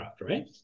right